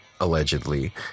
allegedly